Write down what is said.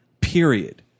period